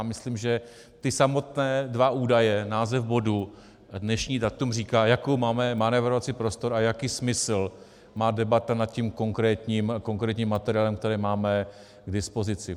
Myslím, že ty samotné dva údaje, název bodu a dnešní datum, říkají, jaký máme manévrovací prostor a jaký smysl má debata nad konkrétním materiálem, který máme k dispozici.